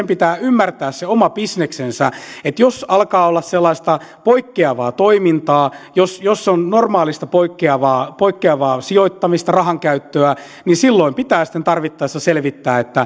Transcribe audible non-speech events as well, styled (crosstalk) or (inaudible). (unintelligible) pitää ymmärtää se oma bisneksensä että jos alkaa olla sellaista poikkeavaa toimintaa jos jos on normaalista poikkeavaa poikkeavaa sijoittamista rahankäyttöä niin silloin pitää sitten tarvittaessa selvittää